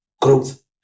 growth